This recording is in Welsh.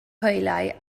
hwyliau